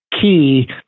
key